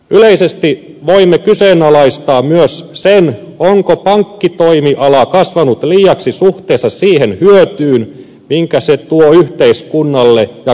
yleisesti voimme kyseenalaistaa myös sen onko pankkitoimiala kasvanut liiaksi suhteessa siihen hyötyyn minkä se tuo yhteiskunnalle ja kansantaloudelle